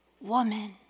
woman